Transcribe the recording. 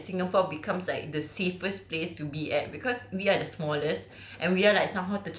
so this is why like singapore becomes like the safest place to be at because we are the smallest